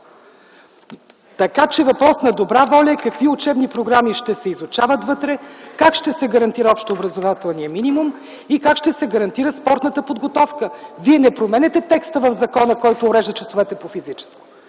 така че въпрос на добра воля е какви учебни програми ще се изучават вътре, как ще се гарантира общообразователния минимум и как ще се гарантира спортната подготовка. Вие не променяте текста в закона, който урежда часовете по физическо.